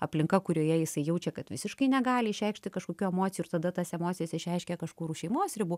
aplinka kurioje jisai jaučia kad visiškai negali išreikšti kažkokių emocijų ir tada tas emocijas išreiškia kažkur už šeimos ribų